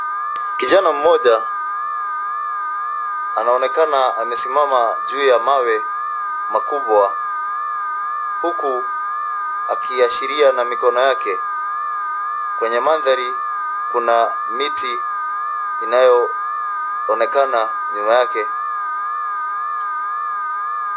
Kijana mmoja anaonekana amesimama juu ya mawe makubwa huku akiashiria na mikono yake. Kwenye madhari kuna miti inayoonekana nyuma yake.